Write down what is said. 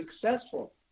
successful